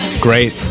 Great